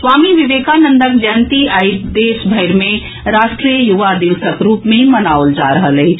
स्वामी विवेकानन्दक जयंती आई देशभरि मे राष्ट्रीय युवा दिवसक रूप मे मनाओल जा रहल अछि